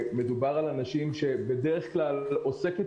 מדובר על אנשים ש --- בדרך כלל עוסקת